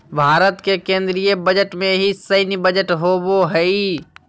भारत के केन्द्रीय बजट में ही सैन्य बजट होबो हइ